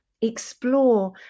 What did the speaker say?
explore